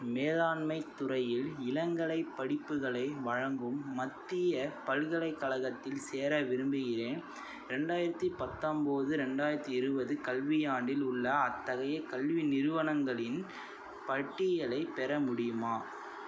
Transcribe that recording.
மேலாண்மைத் துறையில் இளங்கலைப் படிப்புகளை வழங்கும் மத்திய பல்கலைக்கழகத்தில் சேர விரும்புகிறேன் ரெண்டாயிரத்தி பத்தொம்பது ரெண்டாயிரத்தி இருபது கல்வியாண்டில் உள்ள அத்தகையக் கல்வி நிறுவனங்களின் பட்டியலைப் பெற முடியுமா